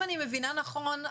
אם אני מבינה נכון,